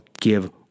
give